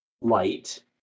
light